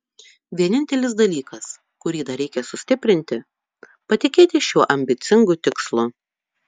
vienintelis dalykas kurį dar reikia sustiprinti patikėti šiuo ambicingu tikslu